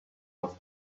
was